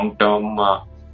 long-term